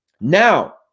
Now